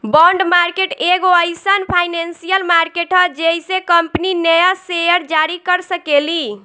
bond market एगो एईसन financial market ह जेइसे कंपनी न्या सेयर जारी कर सकेली